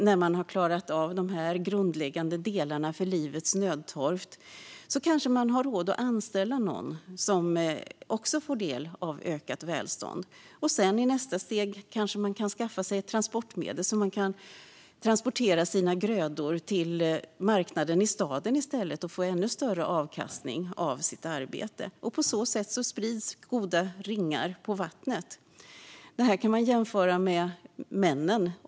När man klarat det grundläggande och livets nödtorft kanske man har råd att anställa någon som då också får del av det ökade välståndet, och i nästa steg kanske man kan skaffa sig ett transportmedel så att man kan transportera sina grödor till marknaden i staden i stället och få ännu större avkastning av sitt arbete. På så sätt sprids goda ringar på vattnet. Det här kan jämföras med hur männen agerar.